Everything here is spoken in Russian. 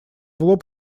лоб